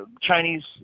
Chinese